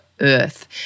earth